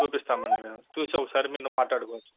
చూపిస్తాం అండి మేము చూసి ఒకసారి మీతో మాట్లాడుకోవచ్చు